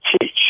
teach